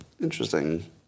interesting